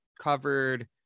covered